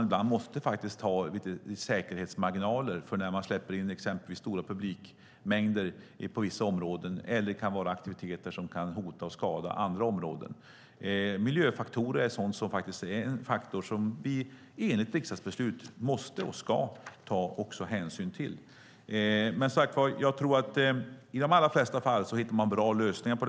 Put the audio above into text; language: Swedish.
Ibland måste man ha säkerhetsmarginaler när man släpper in exempelvis stora publikmängder på vissa områden eller om det gäller aktiviteter som kan hota och skada andra områden. Miljön är en faktor som vi genom riksdagsbeslut måste och ska ta hänsyn till. Jag tror att man i de allra flesta fall hittar bra lösningar.